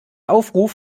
aufruf